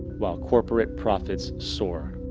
while corporate profits soar.